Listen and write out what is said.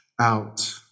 out